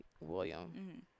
William